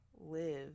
live